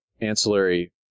ancillary